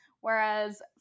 Whereas